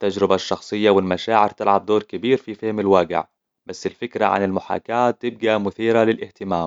تجربة الشخصية والمشاعر تلعب دور كبير في فهم الواقع، بس الفكرة عن المحاكاة تبقى مثيرة للاهتمام.